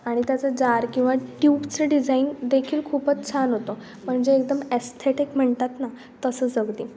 आणि त्याचं जार किंवा ट्यूबचं डिझाईन देखील खूपच छान होतं म्हणजे एकदम एस्थेटिक म्हणतात ना तसंच अगदी